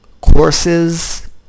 courses